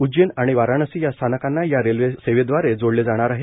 उज्जैन आणि वाराणसी या स्थानकांना या रेल्वे सेवेदवारे जो ले जाणार आहे